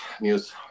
news